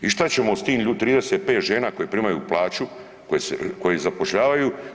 I šta ćemo sa tim 35 žena koje primaju plaću, koje ih zapošljavaju?